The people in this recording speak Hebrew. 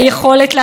כמובן,